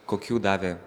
kokių davė